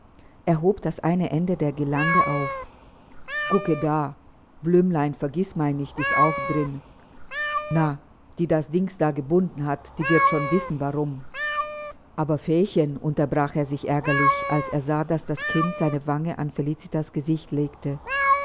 hob das eine ende der guirlande auf gucke da blümelein vergißmeinnicht ist auch d'rin na die das dings da gebunden hat die wird schon wissen warum aber feechen unterbrach er sich ärgerlich als er sah daß das kind seine wange an felicitas gesicht legte